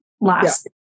last